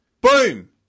Boom